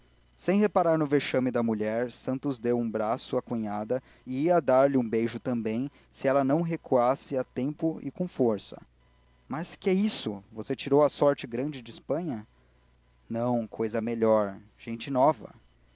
sem reparar no vexame da mulher santos deu um abraço à cunhada e ia dar-lhe um beijo também se ela não recuasse a tempo e com força mas que é isso você tirou a sorte grande de espanha não cousa melhor gente nova